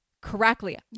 correctly